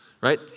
right